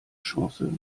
chance